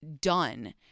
done